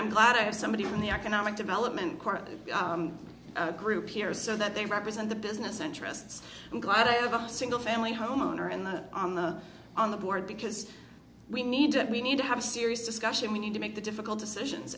i'm glad to have somebody from the economic development group here so that they represent the business interests i'm glad i have a single family home owner in the on the on the board because we need to we need to have a serious discussion we need to make the difficult decisions